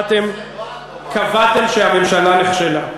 קבעתם שהממשלה נכשלה.